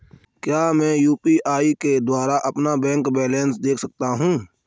क्या मैं यू.पी.आई के द्वारा अपना बैंक बैलेंस देख सकता हूँ?